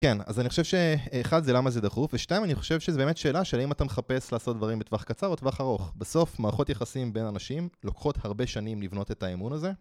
כן, אז אני חושב שאחד זה למה זה דחוף, ושתיים אני חושב שזו באמת שאלה של אם אתה מחפש לעשות דברים בטווח קצר או טווח ארוך בסוף מערכות יחסים בין אנשים לוקחות הרבה שנים לבנות את האמון הזה